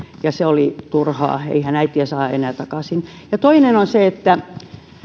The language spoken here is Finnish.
ja se oli turhaa eihän äitiä saa enää takaisin ja toinen on se että